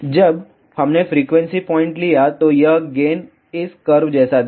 जब हमने frequency point लिया तो यह गेन इस कर्व जैसा दिखेगा